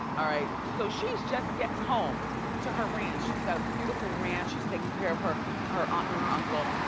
all right? so she's just gettin' home to her ranch, she's got a beautiful ranch, she's taken care of her her aunt and her uncle,